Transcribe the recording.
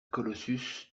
colossus